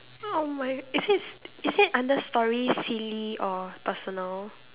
oh my is it is it under story silly or personal